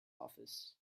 office